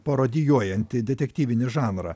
parodijuojanti detektyvinį žanrą